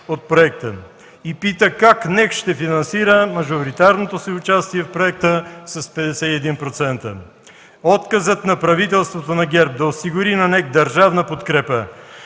от проекта и пита как НЕК ще финансира мажоритарното си участие в проекта с 51%. Отказът на правителството на ГЕРБ да осигури на НЕК държавна подкрепа